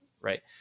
Right